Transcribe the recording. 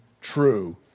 true